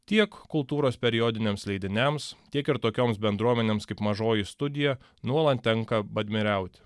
tiek kultūros periodiniams leidiniams tiek ir tokioms bendruomenėms kaip mažoji studija nuolat tenka badmiriauti